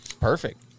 Perfect